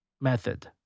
method